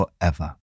forever